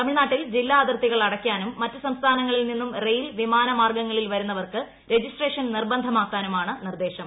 തമിഴ്നാട്ടിൽ ജില്ലാ അതിർത്തികൾ അടയ്ക്കാനും മറ്റ് സംസ്ഥാനങ്ങളിൽ നിന്നും റെയിൽ വിമാന മാർഗ്ഗങ്ങളിൽ വരുന്നവർക്ക് രജിസ്ട്രേഷൻ നിർബന്ധമാക്കാനുമാണ് നിർദ്ദേശം